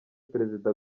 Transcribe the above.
perezida